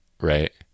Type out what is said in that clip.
Right